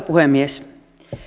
puhemies